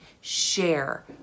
share